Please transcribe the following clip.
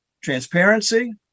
transparency